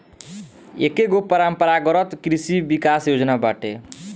एकेगो परम्परागत कृषि विकास योजना बाटे